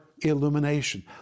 Illumination